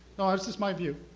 no, it's just my view.